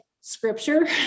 scripture